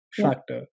factor